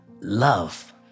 Love